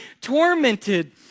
tormented